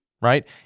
right